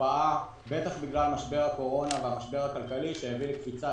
עקב משבר הקורונה והמשבר הכלכלי שהביא לקפיצה